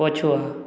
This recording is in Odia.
ପଛୁଆ